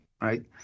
right